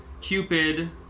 Cupid